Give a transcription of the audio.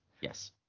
Yes